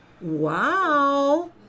wow